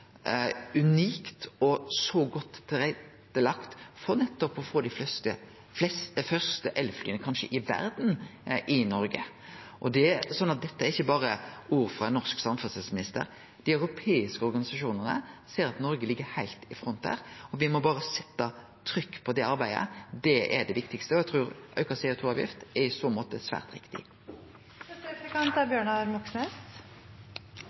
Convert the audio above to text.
unikt og godt tilrettelagt for nettopp kanskje å få dei fyrste elflya i verda i Noreg. Dette er ikkje berre ord frå ein norsk samferdselsminister, dei europeiske organisasjonane ser at Noreg ligg heilt i front der. Me må berre setje trykk på det arbeidet. Det er det viktigaste, og eg trur auka CO 2 -avgift i så måte er svært